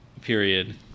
Period